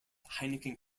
heineken